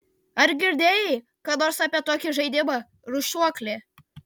ar girdėjai ką nors apie tokį žaidimą rūšiuoklė